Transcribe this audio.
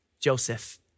Joseph